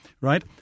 right